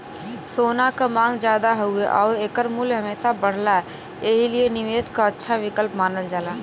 सोना क मांग जादा हउवे आउर एकर मूल्य हमेशा बढ़ला एही लिए निवेश क अच्छा विकल्प मानल जाला